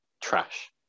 trash